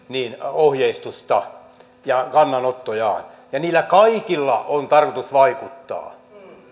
ohjeistusta ja kannanottojaan niillä kaikilla on tarkoitus vaikuttaa